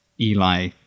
Eli